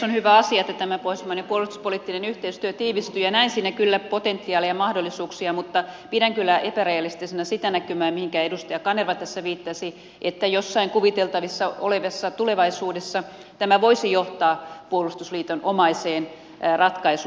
on hyvä asia että tämä pohjoismainen puolustuspoliittinen yhteistyö tiivistyy ja näen siinä kyllä potentiaalia ja mahdollisuuksia mutta pidän kyllä epärealistisena sitä näkymää mihinkä edustaja kanerva tässä viittasi että jossain kuviteltavissa olevassa tulevaisuudessa tämä voisi johtaa puolustusliitonomaiseen ratkaisuun